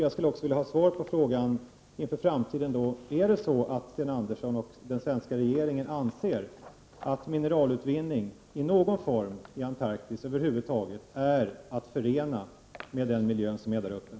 Jag skulle även vilja ha ett svar, med tanke på framtiden, på följande fråga: Är det så, att Sten Andersson och den svenska regeringen anser att mineralutvinning i någon form i Antarktis över huvud taget är att förena med den miljö som finns där?